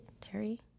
terry